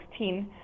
2016